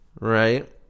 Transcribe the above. Right